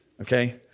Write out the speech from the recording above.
okay